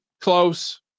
close